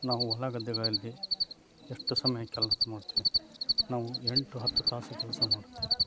ನಾವು ಹೊಲ ಗದ್ದೆಗಳಲ್ಲಿ ಎಷ್ಟು ಸಮಯ ಕೆಲಸ ಮಾಡ್ತೇವೆ ನಾವು ಎಂಟು ಹತ್ತು ತಾಸು ಕೆಲಸ ಮಾಡ್ತೇವೆ